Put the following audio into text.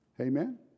Amen